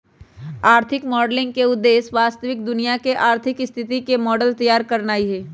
आर्थिक मॉडलिंग के उद्देश्य वास्तविक दुनिया के आर्थिक स्थिति के मॉडल तइयार करनाइ हइ